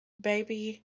Baby